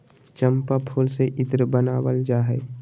चम्पा फूल से इत्र बनावल जा हइ